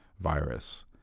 virus